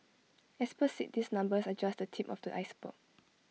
experts said these numbers are just the tip of the iceberg